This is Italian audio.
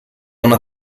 una